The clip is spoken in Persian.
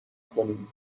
کنیم